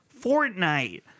Fortnite